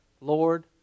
Lord